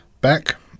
back